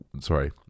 Sorry